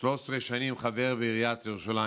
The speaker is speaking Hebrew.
13 שנים חבר בעיריית ירושלים,